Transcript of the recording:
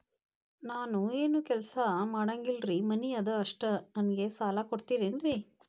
ನಾನು ಏನು ಕೆಲಸ ಮಾಡಂಗಿಲ್ರಿ ಮನಿ ಅದ ಅಷ್ಟ ನನಗೆ ಸಾಲ ಕೊಡ್ತಿರೇನ್ರಿ?